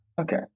okay